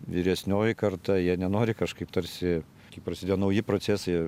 vyresnioji karta jie nenori kažkaip tarsi kai prasidėjo nauji procesai